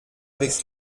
avec